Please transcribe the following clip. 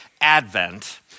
advent